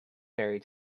fairy